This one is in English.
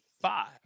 five